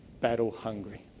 battle-hungry